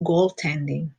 goaltending